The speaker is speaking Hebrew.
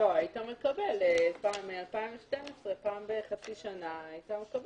-- היית מקבל מ-2012 פעם בחצי שנה.